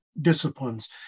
disciplines